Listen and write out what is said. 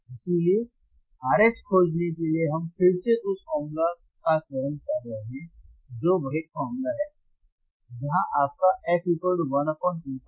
इसलिए RH खोजने के लिए हम फिर से उस फॉर्मूले का चयन कर रहे हैं जो वही फॉर्मूला है जहां आपका f 1 2πRC है